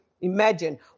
imagine